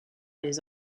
les